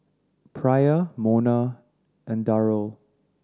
Pryor Monna and Darold